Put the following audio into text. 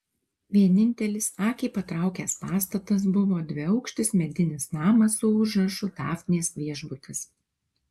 vienintelis akį patraukęs pastatas buvo dviaukštis medinis namas su užrašu dafnės viešbutis